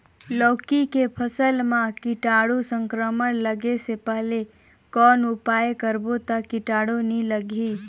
लौकी के फसल मां कीटाणु संक्रमण लगे से पहले कौन उपाय करबो ता कीटाणु नी लगही?